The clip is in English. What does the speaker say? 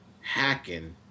hacking